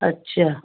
ਅੱਛਾ